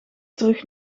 terug